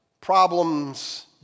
problems